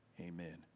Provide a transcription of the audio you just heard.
amen